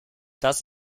das